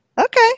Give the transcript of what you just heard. Okay